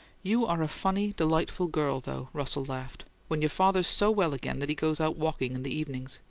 you are a funny, delightful girl, though! russell laughed. when your father's so well again that he goes out walking in the evenings!